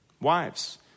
wives